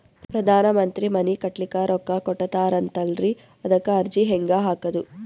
ಪ್ರಧಾನ ಮಂತ್ರಿ ಮನಿ ಕಟ್ಲಿಕ ರೊಕ್ಕ ಕೊಟತಾರಂತಲ್ರಿ, ಅದಕ ಅರ್ಜಿ ಹೆಂಗ ಹಾಕದು?